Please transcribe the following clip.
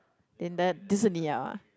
in that 就是你要 ah